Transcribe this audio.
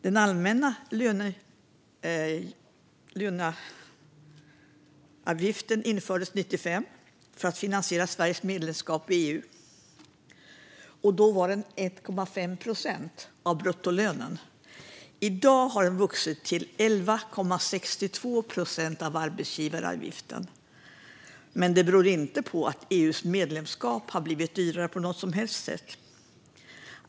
Den allmänna löneavgiften infördes 1995 för att finansiera Sveriges medlemskap i EU och var då 1,5 procent av bruttolönen. I dag har den vuxit till 11,62 procent av arbetsgivaravgiften, men detta beror inte på att EU-medlemskapet har blivit dyrare på något sätt.